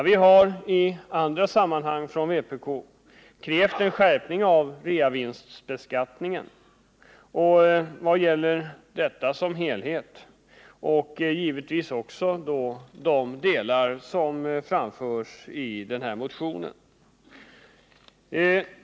Vi har från vpk i andra sammanhang krävt en skärpning av reavinstbeskattningen i dess helhet, givetvis också i de delar som tas upp i denna motion.